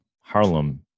Harlem